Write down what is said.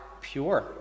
pure